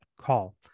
call